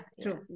True